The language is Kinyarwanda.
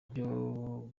byo